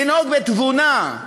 לנהוג בתבונה,